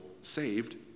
saved